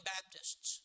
Baptists